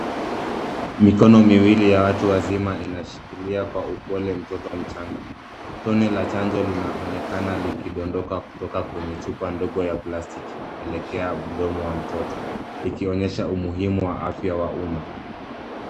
Mikono miwili ya watu wazima inashikilia kwa upole mtoto mchanga. Tone la chanjo linaonekana likidondoka kutoka kwenye chupa ndogo ya plastiki likielekea mdomo ya mtoto ikionyesha umuhimu wa afya wa umma.